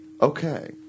Okay